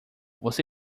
você